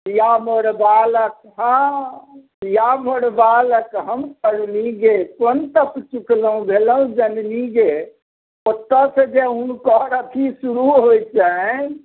पिया मोर बालक हा पिया मोर बालक हम तरूणी गे कोन तप चुकलहुँ भेलहुँ जननी गे ओतऽ से जे हुनकर अथी शुरू होइ छनि